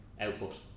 output